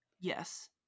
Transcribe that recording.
Yes